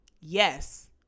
yes